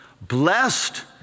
blessed